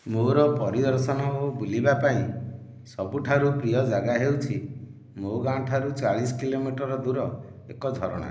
ମୋର ପରିବାର ସହ ବୁଲିବାପାଇଁ ସବୁଠାରୁ ପ୍ରିୟ ଜାଗା ହେଉଛି ମୋ ଗାଁଠାରୁ ଚାଳିଶ କିଲୋମିଟର ଦୂର ଏକ ଝରଣା